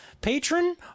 patron